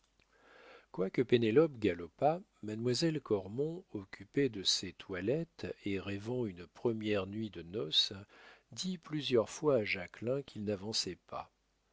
quoique pénélope galopât mademoiselle cormon occupée de ses toilettes et rêvant une première nuit de noces dit plusieurs fois à jacquelin qu'il n'avançait pas